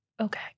Okay